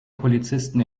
polizisten